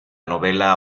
novela